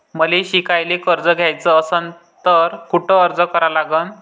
मले शिकायले कर्ज घ्याच असन तर कुठ अर्ज करा लागन?